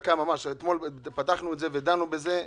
אתמול פתחנו את זה ודנו את זה.